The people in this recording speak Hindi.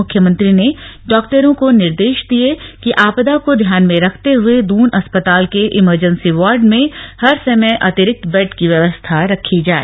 मुख्यमंत्री ने डॉक्टरों को निर्देश दिये कि आपदा को ध्यान में रखते हए दून अस्पताल के इमरजेंसी वॉर्ड में हर समय अतिरिक्त बेड की व्यवस्था रखी जाए